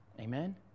Amen